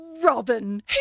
Robin